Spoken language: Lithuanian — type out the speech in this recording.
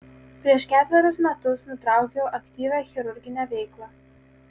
prieš ketverius metus nutraukiau aktyvią chirurginę veiklą